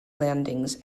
landings